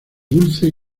dulce